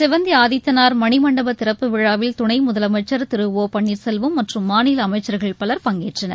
சிவந்தி ஆதித்தனார் மணிமண்டப திறப்பு விழாவில் துணை முதலமைச்சா் திரு ஓ பன்னீா்செல்வம் மற்றும் மாநில அமைச்சர்கள் பலர் பங்கேற்றனர்